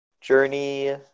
Journey